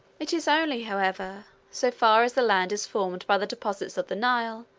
it is only, however, so far as the land is formed by the deposits of the nile,